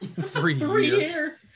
Three-year